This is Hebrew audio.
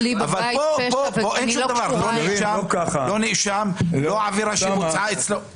כאן אין נאשם ואין עבירה שבוצעה אצלו בבית.